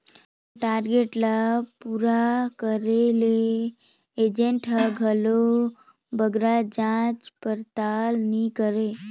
अपन टारगेट ल पूरा करे बर एजेंट हर घलो बगरा जाँच परताल नी करे